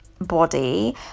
body